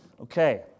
Okay